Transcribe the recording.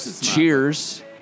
Cheers